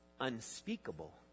unspeakable